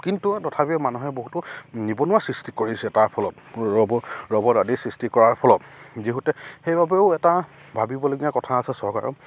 কিন্তু তথাপিও মানুহে বহুতো নিবনুৱা সৃষ্টি কৰিছে তাৰ ফলত ৰবট ৰবট আদিৰ সৃষ্টি কৰাৰ ফলত যিহঁতে সেইবাবেও এটা ভাবিবলগীয়া কথা আছে চৰকাৰৰ